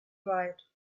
right